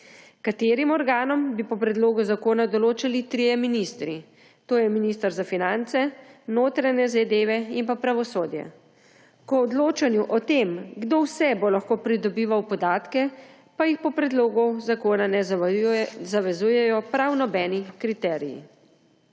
Katerim organom, bi po predlogu zakona določali trije ministri; to je minister za finance, notranje zadeve in pa pravosodje. K odločanju o tem, kdo vse bo lahko pridobival podatke, pa jih po predlogu zakona ne zavezujejo prav nobeni kriteriji.